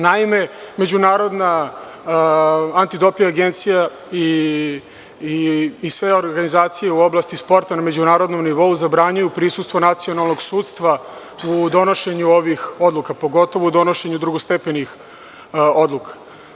Naime, Međunarodna antidoping agencija i sve organizacije u oblasti sporta na međunarodnom nivou zabranjuju prisustvo nacionalnog sudstva u donošenju ovih odluka, pogotovo u donošenju drugostepenih odluka.